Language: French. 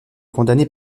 condamné